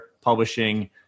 publishing